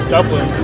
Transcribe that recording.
Dublin